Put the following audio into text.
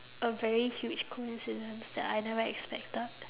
a very huge coincidence that I never expected